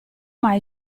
mai